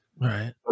Right